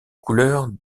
couleurs